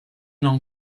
non